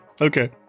okay